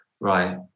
Right